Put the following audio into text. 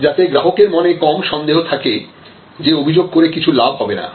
যাতে গ্রাহকের মনে কম সন্দেহ থাকে যে অভিযোগ করে কিছু লাভ হবে না